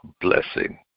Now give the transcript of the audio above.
blessing